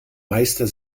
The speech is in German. meister